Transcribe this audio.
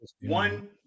one